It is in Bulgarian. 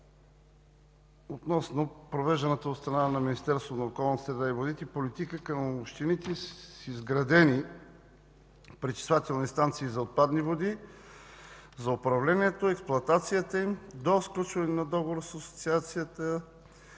относно провежданата от страна на Министерството на околната среда и водите политика към общините с изградени пречиствателни станции за отпадни води за управлението и експлоатацията им до сключване на договор с Асоциацията